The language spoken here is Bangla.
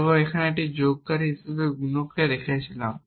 যে আমরা একটি যোগকারী হিসাবে গুণিতকে দেখেছিলাম